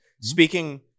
speaking